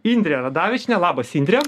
indrę radavičienę labas indre